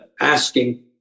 asking